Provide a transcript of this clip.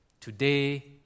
today